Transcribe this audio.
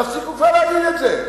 תפסיקו כבר להגיד את זה.